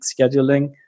scheduling